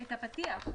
את הפתיח.